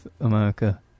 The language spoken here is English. America